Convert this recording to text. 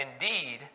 indeed